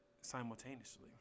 simultaneously